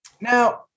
now